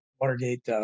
Watergate